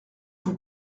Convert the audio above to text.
vous